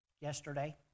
yesterday